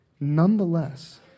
nonetheless